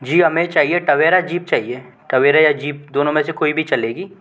जी हमें चहिए Tavera jeep चाहिए टवेरा या जीप दोनों में से कोई भी चलेगी